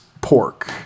pork